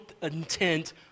intent